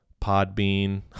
Podbean